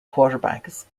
quarterbacks